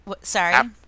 Sorry